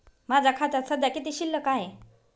माझ्या खात्यात सध्या किती शिल्लक आहे?